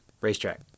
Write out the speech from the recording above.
racetrack